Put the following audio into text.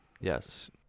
Yes